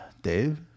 Dave